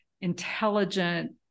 intelligent